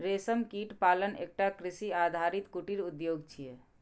रेशम कीट पालन एकटा कृषि आधारित कुटीर उद्योग छियै